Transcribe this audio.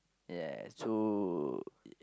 yes true